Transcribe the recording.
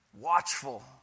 watchful